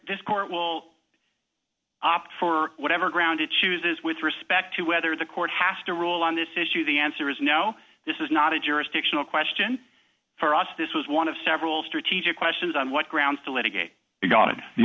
this court will opt for whatever ground it chooses with respect to whether the court has to rule on this issue the answer is no this is not a jurisdictional question for us this was one of several strategic questions on what grounds